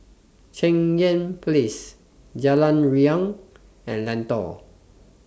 Cheng Yan Place Jalan Riang and Lentor